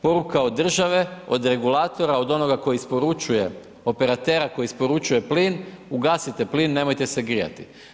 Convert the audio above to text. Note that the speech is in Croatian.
Poruka od države, od regulatora, od onoga tko isporučuje, operatera koji isporučuje plin, ugasite plin, nemojte se grijati.